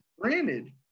Granted